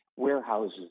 warehouses